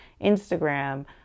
Instagram